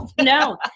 No